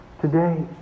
today